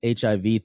HIV